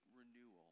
renewal